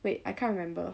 wait I can't remember